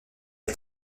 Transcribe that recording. est